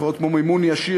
חברות כמו "מימון ישיר",